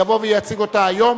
יבוא ויציג אותה היום,